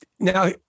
Now